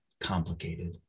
complicated